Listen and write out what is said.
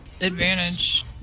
...advantage